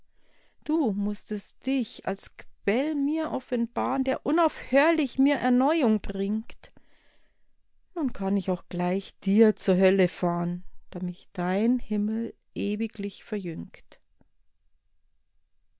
du mußtest dich als quell mir offenbaren der unaufhörlich rnir erneuung bringt nun kann ich auch gleich dir zur hölle fahren da mich dein himmel ewiglich verjüngt